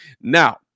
Now